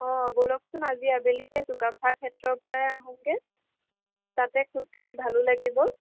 অঁ বলকচোন আজি আবেলিকৈ চুকাফা ক্ষেত্ৰৰ পৰাই আহোগৈ তাতে খোজকাঢ়ি ভালো লাগিব